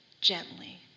gently